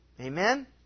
Amen